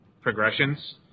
progressions